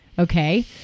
Okay